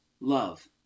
love